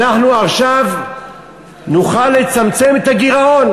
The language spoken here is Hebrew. אנחנו עכשיו נוכל לצמצם את הגירעון,